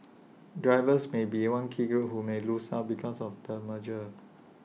drivers may be one key group who may lose out because of the merger